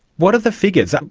what are the figures? um